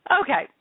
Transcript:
Okay